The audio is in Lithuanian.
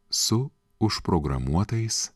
su užprogramuotais